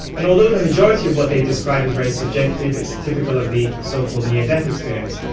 and although the majority of what they describe is very subjective, it's typical of the so-called near death experience,